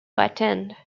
attend